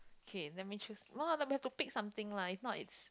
okay let me choose one of us we have to pick something if not it's